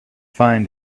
find